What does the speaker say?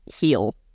heal